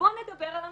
ובואו נדבר על המחיר,